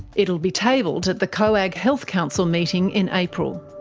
it will be tabled at the coag health council meeting in april.